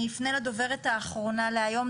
אני אפנה לדוברת האחרונה להיום,